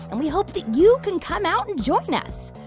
and we hope that you can come out and join us.